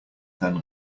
than